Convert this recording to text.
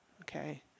Okay